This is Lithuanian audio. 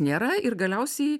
nėra ir galiausiai